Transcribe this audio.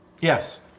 Yes